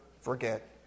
forget